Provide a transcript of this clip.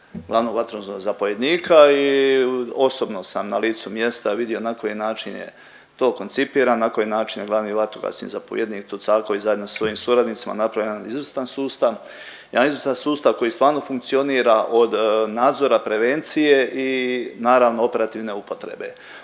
glavnog vatrogasnog zapovjednika i osobno sam na licu mjesta vidio na koji način je to koncipirano, na koji način je glavni vatrogasni zapovjednik Tucaković zajedno sa svojim suradnicima napravio jedan izvrstan sustav. Jedan izvrstan sustav koji stalno funkcionira od nadzora prevencije i naravno operativne upotrebe.